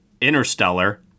Interstellar